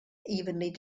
evenly